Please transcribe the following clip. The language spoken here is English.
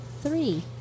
Three